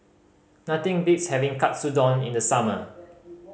nothing beats having Katsudon in the summer